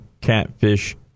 catfish